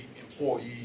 employee